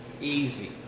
easy